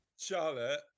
Charlotte